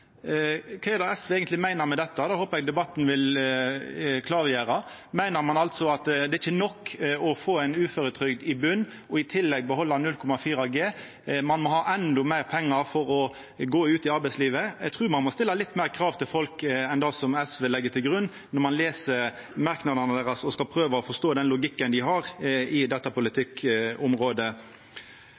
Kva meiner SV eigentleg med dette? Det håpar eg debatten vil klargjera. Meiner ein at det ikkje er nok å ha ei uføretrygd i botnen, og i tillegg behalda 0,4G – må ein ha endå meir pengar for å gå ut i arbeidslivet? Eg trur ein må stilla litt fleire krav til folk enn det som SV legg til grunn, når ein les merknadene deira og skal prøva å forstå den logikken dei har på dette politikkområdet.